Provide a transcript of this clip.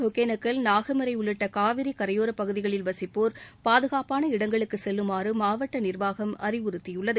ஒகேனக்கல் நாகமரை உள்ளிட்ட காவிரி கரையோரப் பகுதிகளில் வசிப்போர் பாதுகாப்பான இடங்களுக்கு செல்லுமாறு மாவட்ட நிர்வாகம் அறிவுறுத்தியுள்ளது